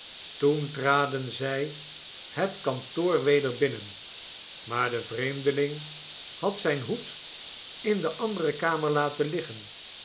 toen trad on zij het kantoor weder binnen maar de vreemdeling had zijn hoed in de andere kamer laten liggen